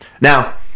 Now